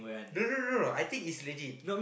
no no no no I think is legit